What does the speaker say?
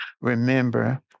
Remember